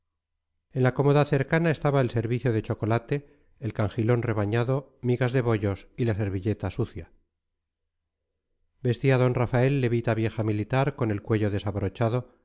en la cómoda cercana estaba el servicio de chocolate el cangilón rebañado migas de bollos y la servilleta sucia vestía d rafael levita vieja militar con el cuello desabrochado